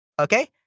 Okay